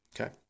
Okay